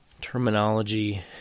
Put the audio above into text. terminology